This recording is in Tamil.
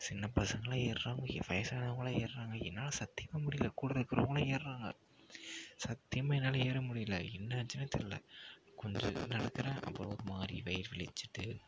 சின்ன பசங்களாம் ஏறுறாங்க வயசானவங்களாம் ஏறுறாங்க என்னால சத்தியமாக முடியல கூட இருக்கறவங்களும் ஏறுறாங்க சத்தியமாக என்னால் ஏற முடியல என்னாச்சுன்னே தெரியல கொஞ்ச நேரம் நடக்கிறேன் அப்புறம் ஒருமாதிரி வயிறு வலிச்சிகிட்டு